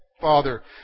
Father